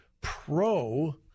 pro